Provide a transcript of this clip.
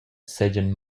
seigien